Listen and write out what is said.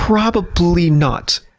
probably not.